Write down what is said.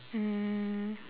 um